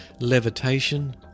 levitation